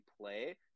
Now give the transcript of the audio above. play